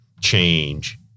change